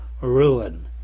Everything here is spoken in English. ruin